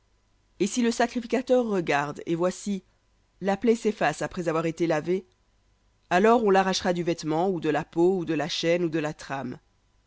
et si le sacrificateur regarde et voici la plaie s'efface après avoir été lavée alors on l'arrachera du vêtement ou de la peau ou de la chaîne ou de la trame